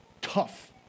tough